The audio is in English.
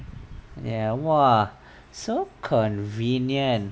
ya !wah! so convenient